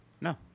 No